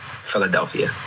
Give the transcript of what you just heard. Philadelphia